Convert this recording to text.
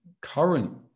current